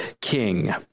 King